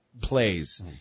plays